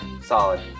Solid